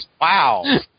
Wow